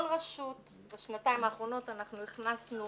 בשנתיים האחרונות אנחנו הכנסנו